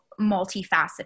multifaceted